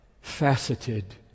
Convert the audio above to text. faceted